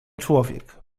człowiek